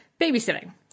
babysitting